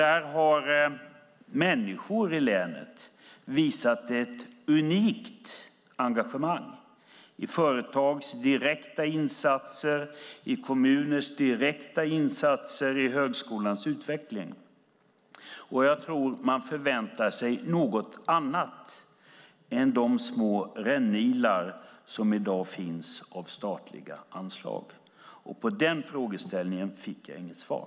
Människor i länet har visat ett unikt engagemang i företags och kommuners direkta insatser i högskolans utveckling. Jag tror att man förväntar sig något annat än de små rännilar som i dag finns i form av statliga anslag. På den frågan fick jag inget svar.